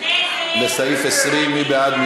לסעיף 20. מי בעד?